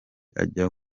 ajya